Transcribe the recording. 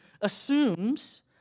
assumes